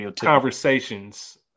conversations